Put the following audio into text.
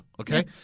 okay